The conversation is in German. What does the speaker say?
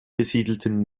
besiedelten